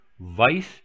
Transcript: vice